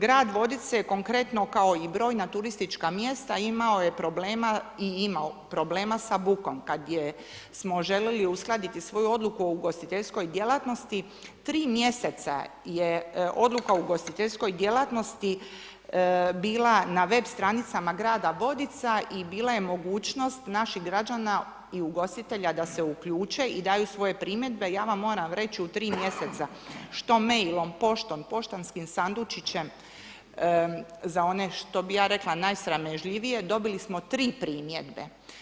Grad Vodice, konkretno, kao i brojna turistička mjesta imao je problema i ima problema sa bukom, kada smo želili uskladiti svoju odluku o ugostiteljskoj djelatnosti, 3 mj. je odluka o ugostiteljskoj djelatnosti, bila na web stranicama grada Vodica i bila je mogućnost naših građana i ugostitelja da se uključe i daju svoje primjedbe, ja vam moram reći u 3 mj. što mailom, poštom, poštanskim sandučićem, za one što bi ja rekla najsramežljivije, dobili smo 3 primjedbe.